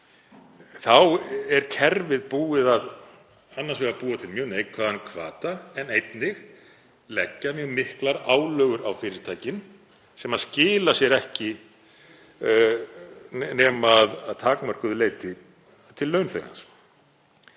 hefur kerfið annars vegar búið til mjög neikvæðan hvata en einnig lagt mjög miklar álögur á fyrirtækin sem skilar sér ekki nema að takmörkuðu leyti til launþegans.